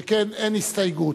שכן אין הסתייגות,